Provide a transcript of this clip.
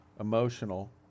emotional